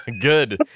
Good